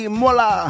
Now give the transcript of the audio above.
mola